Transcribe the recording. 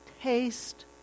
taste